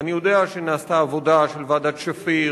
אני יודע שנעשתה עבודה של ועדת-שפיר,